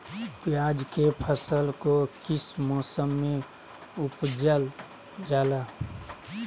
प्याज के फसल को किस मौसम में उपजल जाला?